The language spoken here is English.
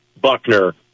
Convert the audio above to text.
Buckner